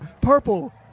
purple